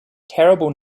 terrible